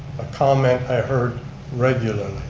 a comment i heard regularly.